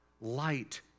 light